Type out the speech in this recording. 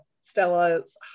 stella's